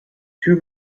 two